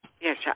Yes